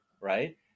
right